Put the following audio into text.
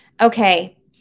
Okay